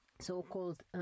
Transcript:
so-called